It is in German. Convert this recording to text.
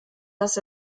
dass